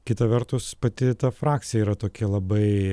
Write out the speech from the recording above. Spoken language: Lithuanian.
kita vertus pati ta frakcija yra tokia labai